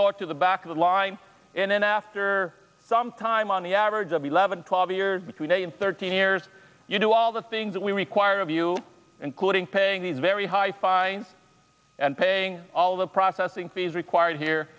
go to the back of the line and then after some time on the average of eleven twelve years between a and thirteen years you do all the things that we require of you including paying these very high fives and paying all the processing fees required here